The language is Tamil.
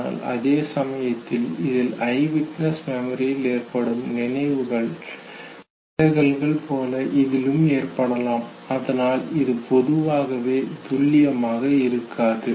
ஆனால் அதே சமயத்தில் இதில் ஐவிட்னஸ் மெமரியில் ஏற்படும் நினைவு விலகல்கள் போல இதிலும் ஏற்படலாம் அதனால் இது பொதுவாகவே துல்லியமாக இருக்காது